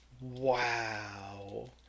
Wow